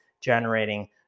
generating